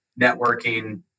networking